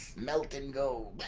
milton go